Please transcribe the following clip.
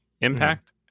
impact